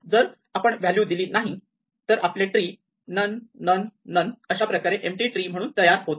जर आपण व्हॅल्यू दिली नाही तर आपले ट्री नन नन नन अशाप्रकारे एम्पटी ट्री म्हणून तयार होते